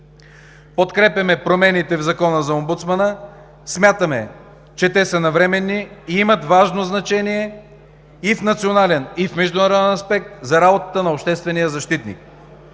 Подкрепяме промените в Закона за омбудсмана. Смятаме, че те са навременни и имат важно значение и в национален, и в международен аспект за работата на обществения защитник,